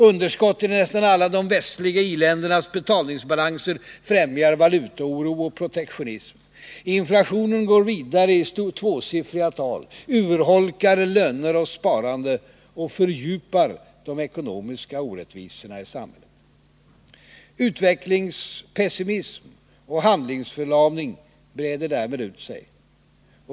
Underskotten i nästan alla de västliga i-ländernas betalningsbalanser främjar valutaoro och protektionism. Inflationen går vidare i tvåsiffriga tal, urholkar löner och sparande och fördjupar de ekonomiska orättvisorna i samhället. Utvecklingspessimism och handlingsförlamning breder därmed ut sig.